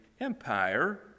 empire